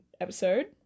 episode